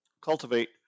cultivate